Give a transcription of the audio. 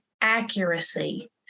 accuracy